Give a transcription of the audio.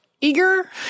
eager